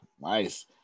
Nice